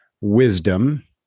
wisdom